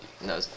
No